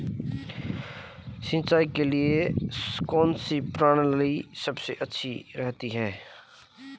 सिंचाई के लिए कौनसी प्रणाली सबसे अच्छी रहती है?